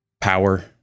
power